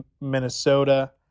Minnesota